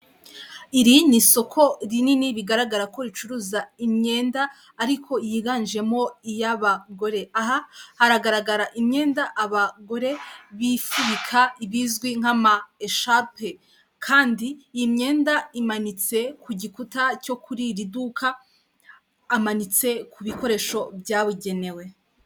Iri ni isoko rinini bigaragara ko ricuruza imyenda ariko yiganjemo iy'abagore, aha haragaragara imyenda abagore bifubika ibizwi nk'amasharupe, kandi iyi myenda imanitse ku gikuta cyo kuri iri duka, amanitse ku bikoresho byabugenewe.